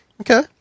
Okay